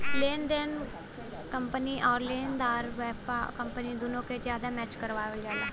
लेनेदार कंपनी आउर देनदार कंपनी दुन्नो के मैच करावल जाला